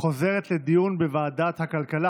חוזרת לדיון בוועדת הפנים של הכנסת.